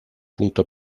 пункта